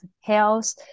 health